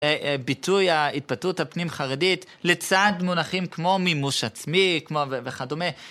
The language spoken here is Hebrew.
ביטוי ההתבטאות הפנים חרדית לצד מונחים כמו מימוש עצמי כמו וכדומה.